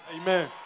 Amen